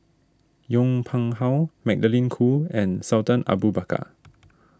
Yong Pung How Magdalene Khoo and Sultan Abu Bakar